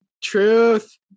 Truth